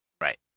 Right